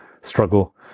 struggle